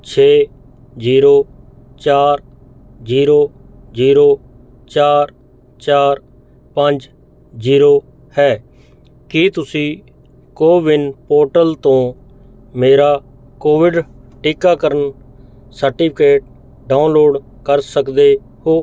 ਛੇ ਜੀਰੋ ਚਾਰ zero zero ਚਾਰ ਚਾਰ ਪੰਜ ਜੀਰੋ ਹੈ ਕੀ ਤੁਸੀਂ ਕੋਵਿਨ ਪੋਰਟਲ ਤੋਂ ਮੇਰਾ ਕੋਵਿਡ ਟੀਕਾਕਰਨ ਸਰਟੀਫਿਕੇਟ ਡਾਊਨਲੋਡ ਕਰ ਸਕਦੇ ਹੋ